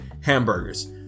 hamburgers